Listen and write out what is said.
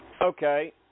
Okay